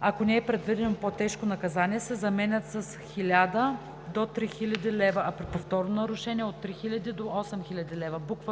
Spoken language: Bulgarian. ако не е предвидено по-тежко наказание“ се заменят с „1000 до 3000 лв., а при повторно нарушение – от 3000 до 8000 лв.“; б) в